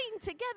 together